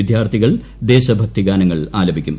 വിദ്യാർത്ഥികൾ ദേശഭക്തി ഗാനങ്ങൾ ആലപിക്കും